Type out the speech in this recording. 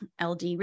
LD